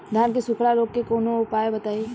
धान के सुखड़ा रोग के कौनोउपाय बताई?